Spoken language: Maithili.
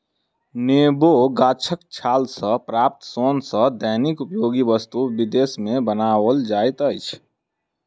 नेबो गाछक छाल सॅ प्राप्त सोन सॅ दैनिक उपयोगी वस्तु विदेश मे बनाओल जाइत अछि